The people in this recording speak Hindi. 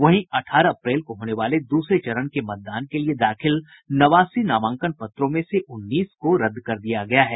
वहीं अठारह अप्रैल को होने वाले दूसरे चरण के मतदान के लिए दाखिल नवासी नामांकन पत्रों में से उन्नीस को रद्द कर दिया गया है